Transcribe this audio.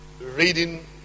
reading